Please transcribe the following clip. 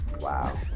Wow